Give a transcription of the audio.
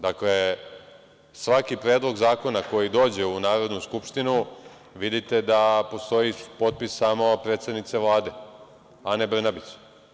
Dakle, svaki predlog zakona koji dođe u Narodnu skupštinu, vidite da postoji potpis samo predsednice Vlade Ane Brnabić.